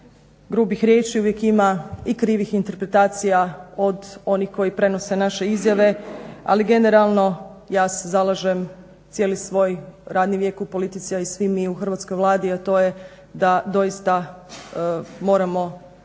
grubih riječi, uvijek ima i krivih interpretacija od onih koji prenose naše izjave. Ali generalno ja se zalažem cijeli svoj radni vijek u politici, a i svi mi u hrvatskoj Vladi, a to je da doista moramo